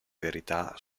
verità